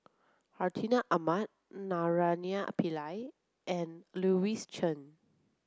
Hartinah Ahmad Naraina Pillai and Louis Chen